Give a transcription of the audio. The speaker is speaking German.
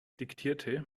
diktierte